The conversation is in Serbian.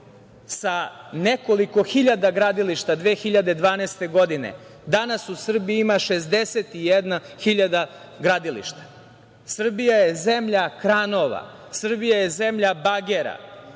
sa nekoliko hiljada gradilišta 2012. godine danas u Srbiji ima 61.000 gradilišta. Srbija je zemlja kranova, Srbija je zemlja bagera